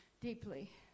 deeply